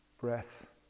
breath